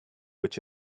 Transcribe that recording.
which